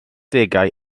degau